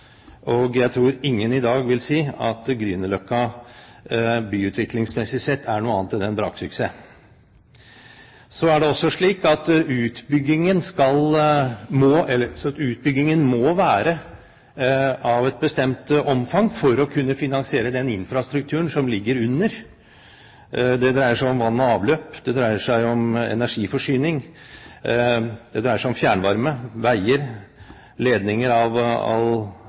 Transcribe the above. noe annet enn en braksuksess. Så er det også slik at utbyggingen må være av et bestemt omfang for å kunne finansiere den infrastrukturen som ligger under. Det dreier seg om vann og avløp, det dreier seg om energiforsyning, det dreier seg om fjernvarme, veier, ledninger av all